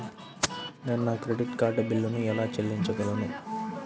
నేను నా credit card బిల్లును ఎలా చెల్లించగలను?